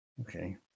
okay